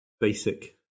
basic